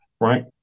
right